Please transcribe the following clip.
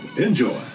Enjoy